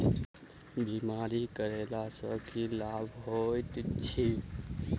बीमा करैला सअ की लाभ होइत छी?